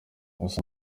gusa